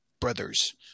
brothers